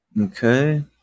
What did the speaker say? Okay